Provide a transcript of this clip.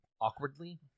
awkwardly